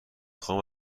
خواهم